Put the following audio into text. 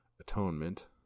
atonement